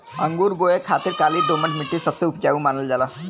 अंगूर बोए खातिर काली दोमट मट्टी सबसे उपजाऊ मानल जाला